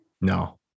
No